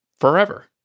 forever